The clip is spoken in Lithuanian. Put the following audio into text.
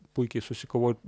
puikiai susikovot